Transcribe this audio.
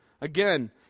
Again